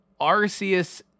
Arceus